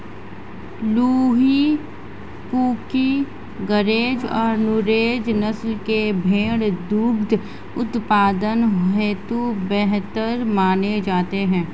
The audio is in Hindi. लूही, कूका, गरेज और नुरेज नस्ल के भेंड़ दुग्ध उत्पादन हेतु बेहतर माने जाते हैं